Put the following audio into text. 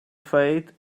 fate